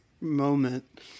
moment